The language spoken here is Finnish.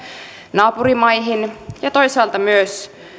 naapurimaihin ja toisaalta myös